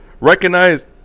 recognized